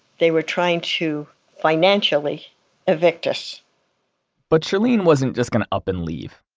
they were trying to financially evict us but shirlene wasn't just going to up and leave.